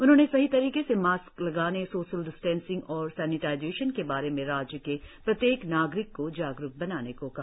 उन्होंने सही तरीके से मास्क लगाने सोशल डिस्टेंसिंग और सेनिटाइजेशन के बारें में राज्य के प्रत्येक नागरिक को जागरुक बनाने को कहा